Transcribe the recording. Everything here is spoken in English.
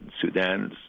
Sudan